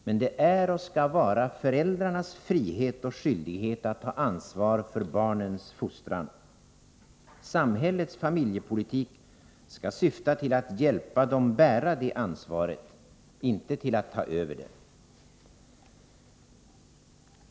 Men det är och skall vara föräldrarnas frihet och skyldighet att ta ansvar för barnens fostran. Samhällets familjepolitik skall syfta till att hjälpa dem att bära det ansvaret — inte till att ta över det.